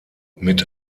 mit